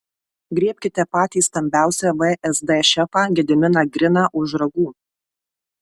griebkite patį stambiausią vsd šefą gediminą griną už ragų